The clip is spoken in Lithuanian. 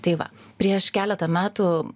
tai va prieš keletą metų